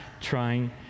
trying